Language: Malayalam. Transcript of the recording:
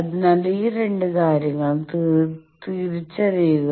അതിനാൽ ഈ രണ്ട് കാര്യങ്ങളും തിരിച്ചറിയുക